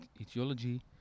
etiology